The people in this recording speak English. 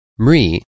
mri